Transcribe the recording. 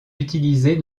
utilisée